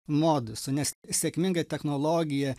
modusu nes sėkminga technologija